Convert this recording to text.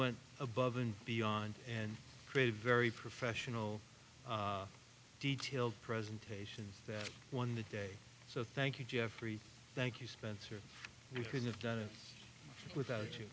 went above and beyond and create a very professional detailed presentation that won the day so thank you jeffrey thank you spencer you couldn't have done it without